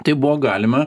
tai buvo galima